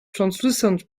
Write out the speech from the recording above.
translucent